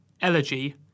Elegy